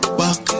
back